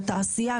לתעשייה,